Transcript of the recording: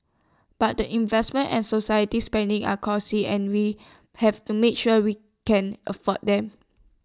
but the investments and society spending are costly and we have to make sure we can afford them